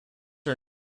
are